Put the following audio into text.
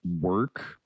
work